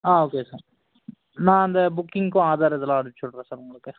ஆ okay sir நான் அந்த புக்கிங்க்கும் ஆதார் இதெல்லாம் அனுப்பிச்சி விட்றேன் சார் உங்களுக்கு